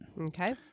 Okay